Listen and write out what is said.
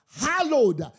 hallowed